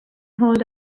hold